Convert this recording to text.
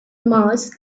mass